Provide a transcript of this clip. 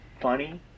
funny